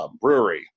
brewery